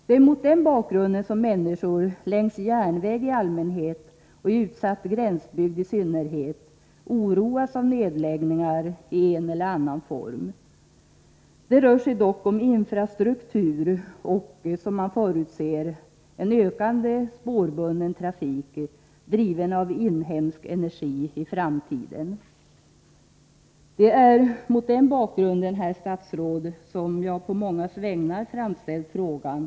Det är mot den bakgrunden som människor längs järnväg i allmänhet och i utsatt gränsbygd i synnerhet oroas av nedläggningar i en eller annan form. Det rör sig dock om en infrastruktur och — som man förutsätter — om en ökande spårbunden trafik, driven med inhemsk energi i framtiden. Det är mot den bakgrunden, herr statsrådet, som jag på mångas vägnar framställt interpellationen.